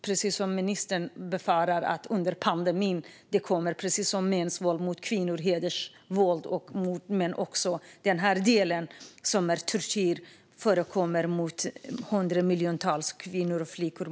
Precis som ministern befarar kommer den här tortyren, precis som mäns våld mot kvinnor, hedersvåld och också våld mot män, att drabba hundratals miljoner kvinnor och flickor.